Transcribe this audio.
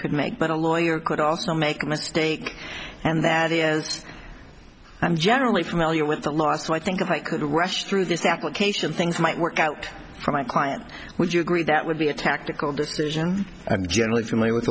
could make but a lawyer could also make a mistake and that i'm generally familiar with the law so i think i could rush through this application things might work out for my client would you agree that would be a tactical decision i'm generally